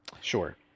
sure